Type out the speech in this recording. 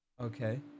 Okay